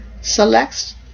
select